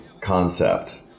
concept